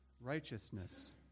righteousness